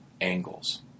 angles